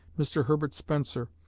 mr herbert spencer,